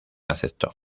aceptó